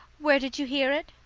where did you hear it?